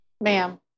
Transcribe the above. Ma'am